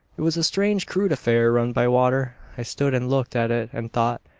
it was a strange, crude affair, run by water. i stood and looked at it and thought,